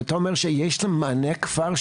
ואתה אומר שיש להם מענה כבר,